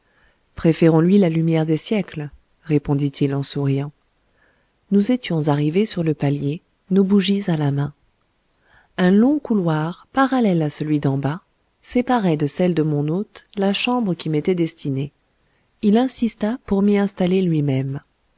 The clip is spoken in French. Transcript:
préférons lui la lumière des siècles répondit-il en souriant nous étions arrivés sur le palier nos bougies à la main un long couloir parallèle à celui d'en bas séparait de celle de mon hôte la chambre qui m'était destinée il insista pour m'y installer lui-même